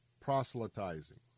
proselytizing